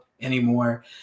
anymore